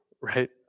right